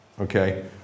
okay